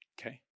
Okay